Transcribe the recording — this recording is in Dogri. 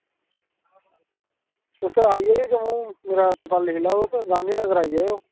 तुस आई जाएओ जम्मू मेरा पता लिखी लैओ तुस गांधीनगर आई जाएओ